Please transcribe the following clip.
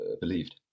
believed